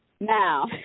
Now